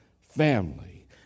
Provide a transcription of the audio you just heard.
family